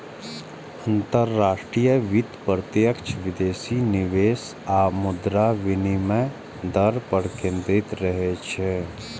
अंतरराष्ट्रीय वित्त प्रत्यक्ष विदेशी निवेश आ मुद्रा विनिमय दर पर केंद्रित रहै छै